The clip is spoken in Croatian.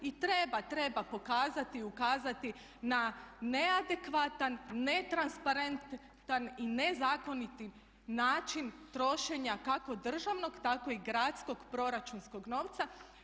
I treba, treba pokazati, ukazati na neadekvatan, netransparentan i nezakoniti način trošenja kako državnog tako i gradskog proračunskog novca.